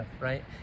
right